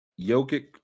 Jokic